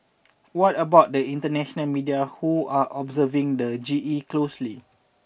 what about the international media who are observing the G E closely